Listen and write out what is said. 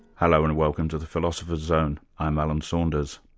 hello, and welcome to the philosopher's zone. i'm alan saunders.